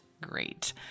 great